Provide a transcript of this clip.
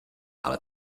ale